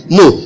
no